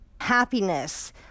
happiness